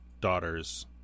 daughters